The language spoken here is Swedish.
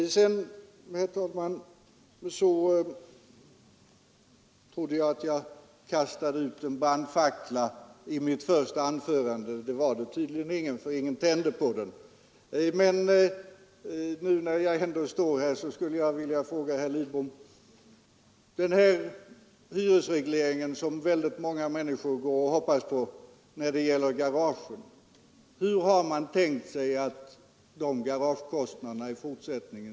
Sedan trodde jag att jag kastade ut en brandfackla i mitt första anförande, men det var tydligen fel, eftersom ingen tände på den. Men när jag nu ändå har ordet vill jag fråga herr Lidbom: Hyresregleringen för garagen, som väldigt många människor går och hoppas på, hur har man tänkt sig att de kostnaderna skall betalas i fortsättningen?